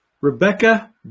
Rebecca